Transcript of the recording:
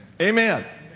Amen